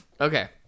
Okay